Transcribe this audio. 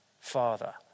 Father